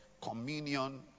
communion